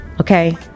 okay